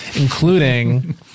including